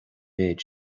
méid